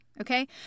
Okay